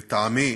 לטעמי,